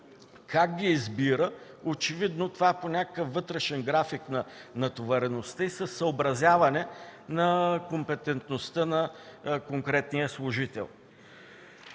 Как ги избира? Очевидно това е по някакъв вътрешен график на натовареността и със съобразяване на компетентността на конкретния служител.